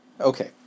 Okay